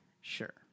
Sure